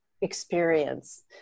experience